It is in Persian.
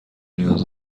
نیاز